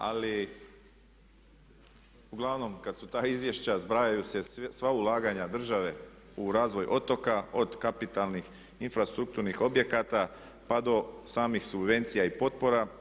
Ali uglavnom kad su ta izvješća zbrajaju se sva ulaganja države u razvoj otoka od kapitalnih, infrastrukturnih objekata pa do samih subvencija i potpora.